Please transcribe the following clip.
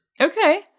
Okay